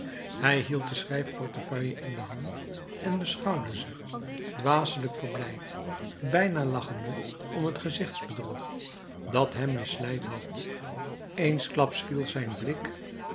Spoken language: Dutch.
hij hield de schrijfportefeuille in de hand en beschouwde ze dwaselijk verblijd bijna lachende om het gezichtsbedrog dat hem misleid had eensklaps viel zijn blik